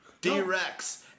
D-Rex